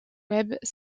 web